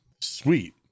sweet